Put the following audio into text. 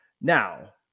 Now